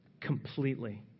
completely